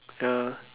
ya